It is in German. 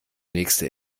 nächste